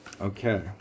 Okay